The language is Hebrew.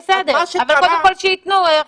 קודם כל שיתנו.